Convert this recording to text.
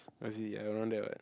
was it around there what